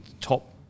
top